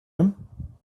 him